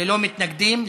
ללא מתנגדים,